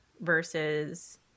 versus